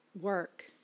work